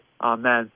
Amen